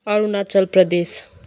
Arunachal Pradesh